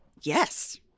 yes